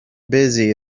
busy